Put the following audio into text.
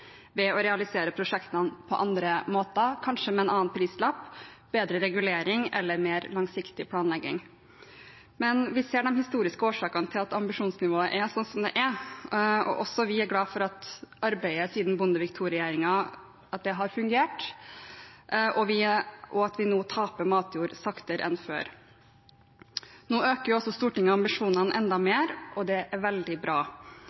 ved å realisere prosjektene på andre måter, kanskje med en annen prislapp, bedre regulering eller mer langsiktig planlegging. Men vi ser de historiske årsakene til at ambisjonsnivået er slik som det er. Også vi er glad for at arbeidet siden Bondevik II-regjeringen har fungert, og at vi nå taper matjord saktere enn før. Nå øker Stortinget ambisjonene enda mer, og det er veldig bra.